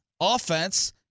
offense